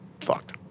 fucked